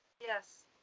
Yes